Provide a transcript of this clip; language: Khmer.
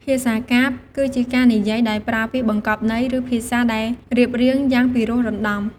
ភាសាកាព្យ គឺជាការនិយាយដោយប្រើពាក្យបង្កប់ន័យ ឬភាសាដែលរៀបរៀងយ៉ាងពិរោះរណ្ដំ។